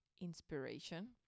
inspiration